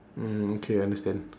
mm okay understand